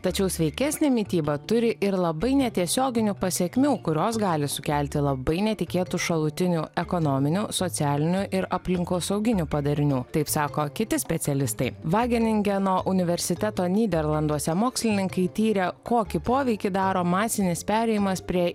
tačiau sveikesnė mityba turi ir labai netiesioginių pasekmių kurios gali sukelti labai netikėtų šalutinių ekonominių socialinių ir aplinkosauginių padarinių taip sako kiti specialistai vageningeno universiteto nyderlanduose mokslininkai tyrė kokį poveikį daro masinis perėjimas prie